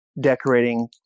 decorating